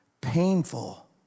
painful